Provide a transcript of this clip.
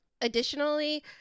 additionally